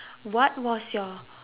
what was your